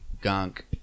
gunk